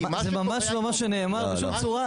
זה ממש לא מה שנאמר בשום צורה.